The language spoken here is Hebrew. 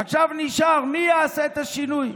עכשיו נשאר, מי יעשה את השינוי?